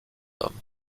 homme